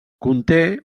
conté